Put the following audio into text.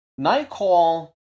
Nightcall